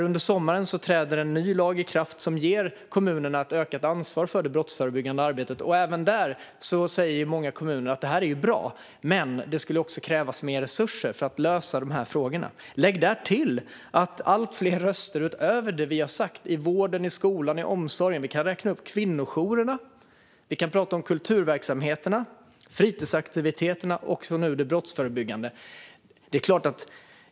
Under sommaren träder en ny lag i kraft som ger kommunerna ett ökat ansvar för det brottsförebyggande arbetet. Många kommuner säger att även detta är bra men att det också skulle krävas mer resurser för att lösa dessa frågor. Lägg därtill alltfler röster utöver det vi har tagit upp, alltså vården, skolan och omsorgen - vi kan räkna upp kvinnojourerna, kulturverksamheterna, fritidsaktiviteterna och nu det brottsförebyggande.